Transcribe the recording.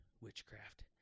witchcraft